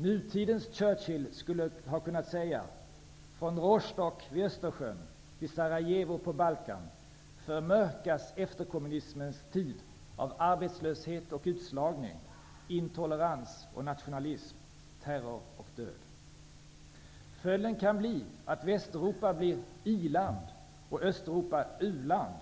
Nutidens Churchill skulle kunna säga: ''Från Rostock vid Östersjön till Sarajevo på Balkan förmörkas efterkommunismens tid av arbetslöshet och utslagning, intolerans och nationalism, terror och död.'' Följden kan bli att Västeuropa blir i-land och Östeuropa u-land,